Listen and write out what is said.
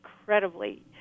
incredibly